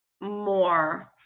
more